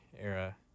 era